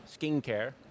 skincare